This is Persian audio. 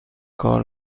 کار